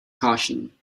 caution